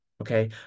Okay